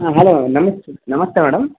ಹಾಂ ಹಲೋ ನಮಸ್ತೆ ನಮಸ್ತೆ ಮೇಡಮ್